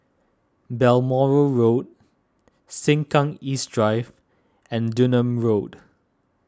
Balmoral Road Sengkang East Drive and Dunearn Road